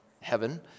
heaven